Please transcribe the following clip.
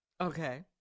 Okay